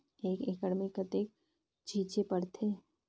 एक एकड़ मे कतेक छीचे पड़थे?